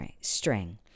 string